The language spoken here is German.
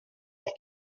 auf